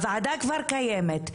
הוועדה כבר קיימת,